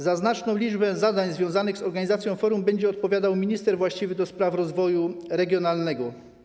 Za znaczną liczbę zadań związanych z organizacją forum będzie odpowiadał minister właściwy do spraw rozwoju regionalnego.